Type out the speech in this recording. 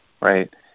Right